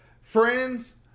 friends